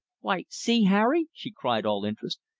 why see, harry! she cried, all interest.